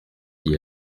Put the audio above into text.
d’y